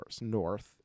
north